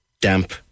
damp